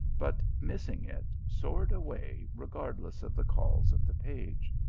but missing it, soared away regardless of the calls of the page.